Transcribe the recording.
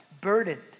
burdened